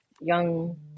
young